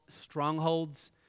strongholds